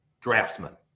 draftsman